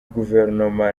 guverinoma